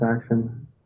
action